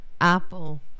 apple